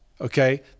okay